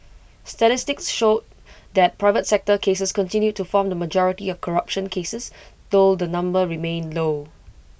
statistics showed that private sector cases continued to form the majority of corruption cases though the number remained low